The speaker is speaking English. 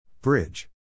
Bridge